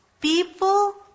People